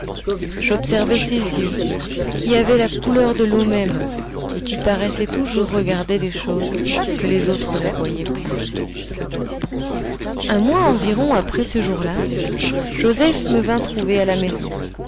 j'observai ses yeux qui avaient la couleur de l'eau même et qui paraissaient toujours regarder des choses que les autres ne voyaient point un mois environ après ce jour-là joseph me vint trouver à la maison